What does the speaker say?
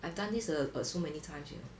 I've done this err err so many times you know